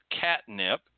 catnip